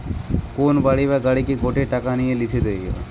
কোন বাড়ি বা গাড়িকে গটে টাকা নিয়ে লিসে দেওয়া